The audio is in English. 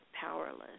powerless